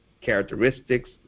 characteristics